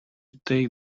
take